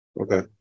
Okay